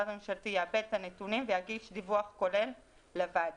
המשרד הממשלתי יעבד את הנתונים ויגיש דיווח כולל לוועדה,